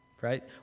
right